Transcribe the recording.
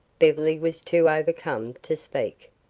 beverly was too overcome to speak.